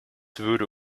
würde